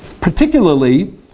particularly